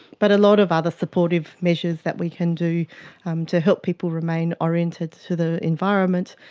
but a lot of other supportive measures that we can do um to help people remain oriented to the environment,